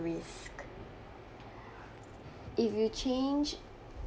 risk if you change